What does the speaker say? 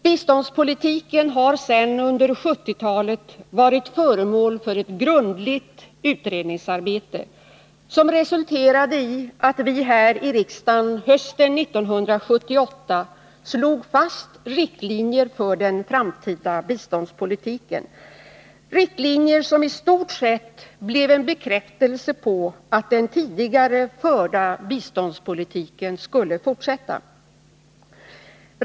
Biståndspolitiken har sedan under 1970-talet varit föremål för ett grundligt utredningsarbete, vilket resulterade i att vi här i riksdagen hösten 1978 slog fast riktlinjer för den framtida biståndspolitiken, riktlinjer som i stort sett blev en bekräftelse på att den tidigare förda biståndspolitiken skulle fortsätta.